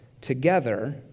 together